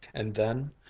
and then,